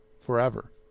forever